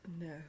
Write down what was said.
No